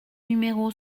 numéro